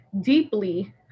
deeply